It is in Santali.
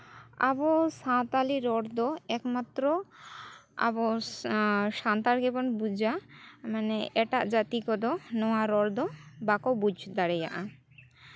ᱟᱵᱚ ᱥᱟᱱᱛᱟᱲᱤ ᱨᱚᱲ ᱫᱚ ᱮᱠᱢᱟᱛᱨᱚ ᱟᱵᱚ ᱥᱟᱱᱛᱟᱲ ᱜᱮᱵᱚᱱ ᱵᱩᱡᱟ ᱢᱟᱱᱮ ᱮᱴᱟᱜ ᱠᱟᱹᱛᱤ ᱠᱚᱫᱚ ᱱᱚᱣᱟ ᱨᱚᱲ ᱫᱚ ᱵᱟᱠᱚ ᱵᱩᱡᱽ ᱫᱟᱲᱮᱭᱟᱜᱼᱟ